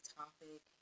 topic